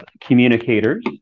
communicators